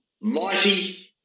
mighty